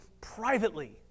privately